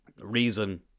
reason